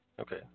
Okay